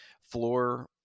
floor